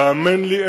והאמן לי,